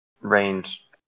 range